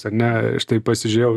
ane taip pasižiūrėjau